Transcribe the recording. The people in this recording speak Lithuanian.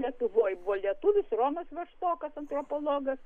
lietuvoj buvo lietuvis romas vaštokas antropologas